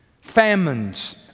Famines